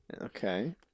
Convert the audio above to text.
Okay